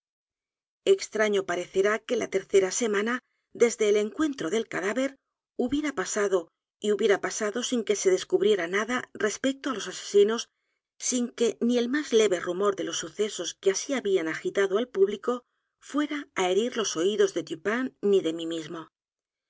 extraño parecerá que la tercera semana desde el encuentro del cadáver hubiera pasado y hubiera pasado sin que se descubriera nada respecto á los asesinos sin que ni el más leve rumor de los sucesos que así habían agitado al público fuera á herir los oídos de dupin ni de mi mismo